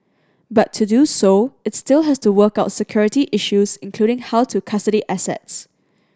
but to do so it still has to work out security issues including how to custody assets